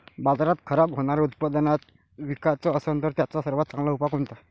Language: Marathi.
बाजारात खराब होनारं उत्पादन विकाच असन तर त्याचा सर्वात चांगला उपाव कोनता?